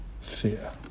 fear